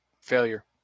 failure